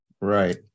Right